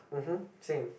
mmhmm same